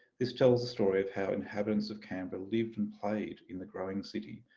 this tells the story of how inhabitants of canberra lived and played in the growing city,